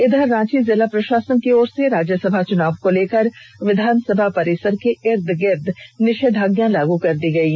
इधर रांची जिला प्रशासन की ओर से राज्यसभा चुनाव को लेकर विधानसभा परिसर के ईद गिर्द निषेधाज्ञा लागू की गयी